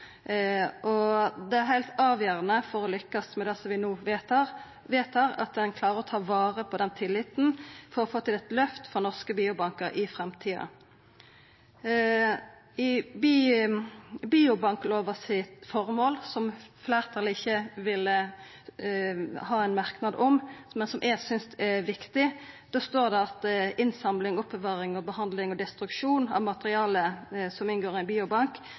Det er heilt avgjerande for å lykkast med det vi no vedtar, at ein klarer å ta vare på den tilliten for å få til eit løft for norske biobankar i framtida. I formålet til biobanklova, som fleirtalet ikkje ville ha ein merknad om, men som eg synest er viktig, står det at innsamling, oppbevaring, behandling og destruksjon av materiale som inngår i ein biobank,